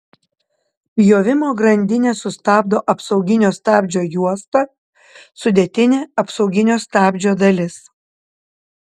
pjovimo grandinę sustabdo apsauginio stabdžio juosta sudėtinė apsauginio stabdžio dalis